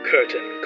Curtain